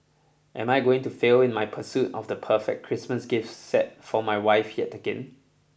am I going to fail in my pursuit of the perfect Christmas gift set for my wife yet again